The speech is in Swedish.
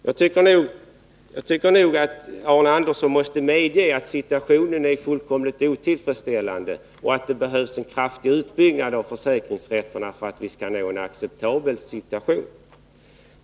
Jag tycker nog att Arne Andersson borde medge att situationen är fullkomligt otillfredsställande och att det behövs en kraftig utbyggnad av försäkringsrätterna för att vi skall nå en acceptabel situation.